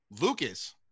Lucas